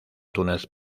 túnez